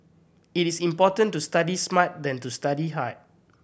it is important to study smart than to study hard